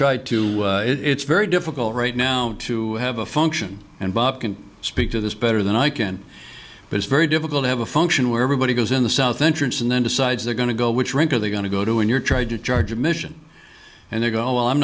to it's very difficult right now to have a function and bob can speak to this better than i can but it's very difficult have a function where everybody goes in the south entrance and then decides they're going to go which rink are they going to go to when you're tried to charge admission and they go well i'm